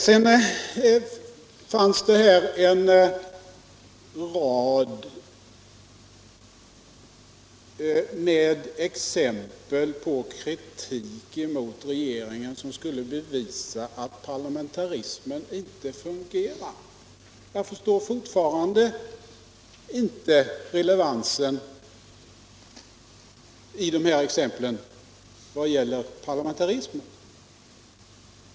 Sedan gav Hilding Johansson en rad exempel på kritik mot regeringen som skulle bevisa att parlamentarismen inte fungerar. Jag förstår fortfarande inte relevansen i de exemplen i vad det gäller parlamentarismen.